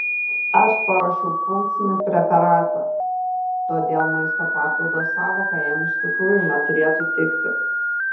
aš paruošiau funkcinį preparatą todėl maisto papildo sąvoka jam iš tikrųjų neturėtų tikti